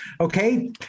Okay